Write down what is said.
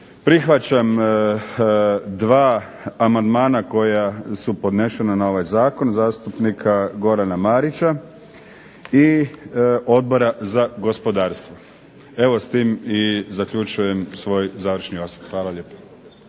prihvaćam dva amandmana koja su podnešena na ovaj zakon zastupnika Gorana Marića i Odbora za gospodarstva. Evo s tim zaključujem svoj završni osvrt. Hvala lijepa.